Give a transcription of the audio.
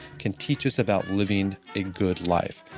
can teach us about living a good life,